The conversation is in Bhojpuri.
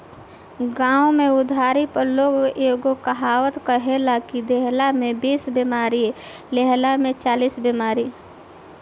गांव में उधारी पे लोग एगो कहावत कहेला कि देहला में बीस बेमारी, लेहला में चालीस बेमारी